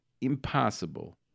impossible